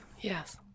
Yes